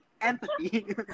empathy